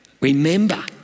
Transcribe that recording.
Remember